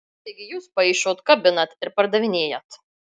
taigi jūs paišot kabinat ir pardavinėjat